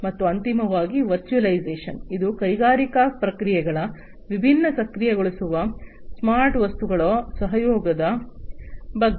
ಮತ್ತು ಅಂತಿಮವಾಗಿ ವರ್ಚುವಲೈಸೇಶನ್ ಇದು ಕೈಗಾರಿಕಾ ಪ್ರಕ್ರಿಯೆಗಳ ವಿಭಿನ್ನ ಸಕ್ರಿಯಗೊಳಿಸುವ ಸ್ಮಾರ್ಟ್ ವಸ್ತುಗಳ ಸಹಯೋಗದ ಬಗ್ಗೆ